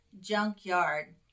junkyard